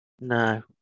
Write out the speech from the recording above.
No